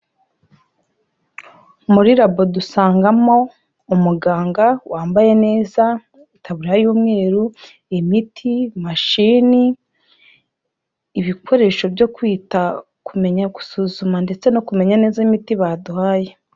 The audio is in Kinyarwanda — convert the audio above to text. Muri labo dusangamo umuganga wambaye neza, itaburiya y'umweru, imiti, mashini, ibikoresho byo kwita kumenya gusuzuma ndetse no kumenya neza imiti baduhaye.